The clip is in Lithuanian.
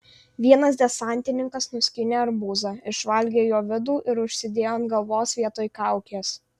vienas desantininkas nuskynė arbūzą išvalgė jo vidų ir užsidėjo ant galvos vietoj kaukės